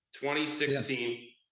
2016